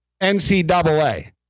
NCAA